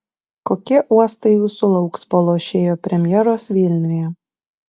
kokie uostai jūsų lauks po lošėjo premjeros vilniuje